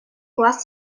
класу